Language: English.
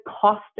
cost